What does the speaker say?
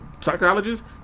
psychologist